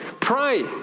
pray